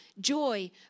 joy